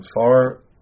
far